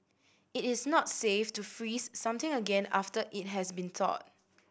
it is not safe to freeze something again after it has been thawed